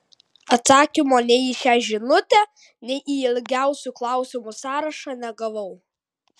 atsakymo nei į šią žinutę nei į ilgiausią klausimų sąrašą negavau